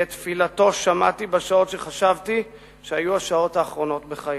כי את "תפילתו שמעתי בשעות שחשבתי שהיו השעות האחרונות בחיי".